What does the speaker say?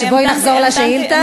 בואי נחזור לשאילתה.